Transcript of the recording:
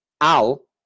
al